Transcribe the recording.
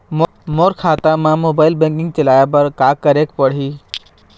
मोर खाता मा mobile banking चलाए बर का करेक पड़ही?